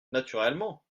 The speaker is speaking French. naturellement